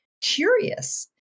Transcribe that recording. curious